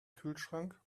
kühlschrank